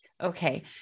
Okay